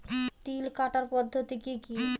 তিল কাটার পদ্ধতি কি কি?